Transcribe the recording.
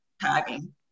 tagging